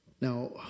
Now